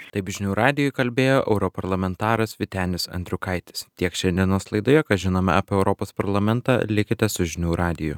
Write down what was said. taip žinių radijui kalbėjo europarlamentaras vytenis andriukaitis tiek šiandienos laidoje ką žinome apie europos parlamentą likite su žinių radiju